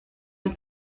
ein